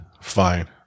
fine